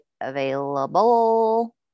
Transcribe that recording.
available